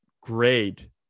grade